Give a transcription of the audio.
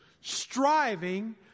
striving